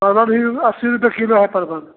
परवल भी अस्सी रुपये किलो है परवल